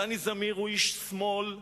דני זמיר הוא איש שמאל קיצוני,